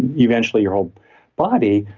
eventually your whole body.